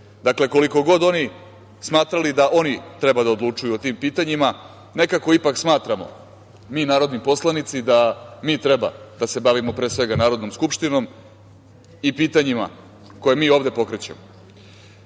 dakle kolikog god oni smatrali da oni treba da odlučuju o tim pitanjima nekako ipak smatramo, mi narodni poslanici, da mi treba da se bavimo pre svega Narodnom skupštinom i pitanjima koje mi ovde pokrećemo. Vezano